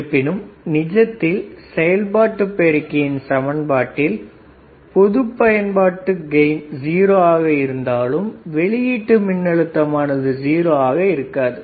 இருப்பினும் நிஜத்தில் செயல்பாட்டு பெருக்கியின் சமன்பாட்டில் பொது பயன்பாட்டு கெயின் 0 ஆக இருந்தாலும் வெளியீட்டு மின்னழுத்தமானது 0 ஆக இருக்காது